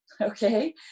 okay